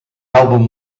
album